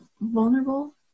vulnerable